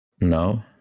No